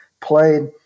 played